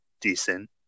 decent